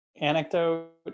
anecdote